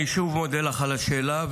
אני שוב מודה לך על השאלה,